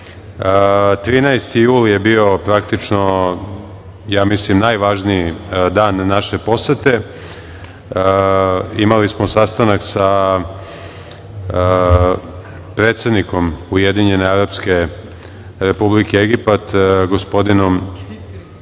13. jul je bio praktično najvažniji dan naše posete. Imali smo sastanak sa predsednikom Ujedinjene Arapske Republike Egipat, gospodinom